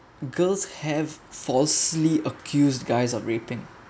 girls have falsely accused guys of raping